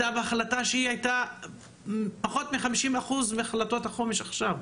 בהחלטה שהייתה פחות מ-50% מהחלטת החומש עכשיו?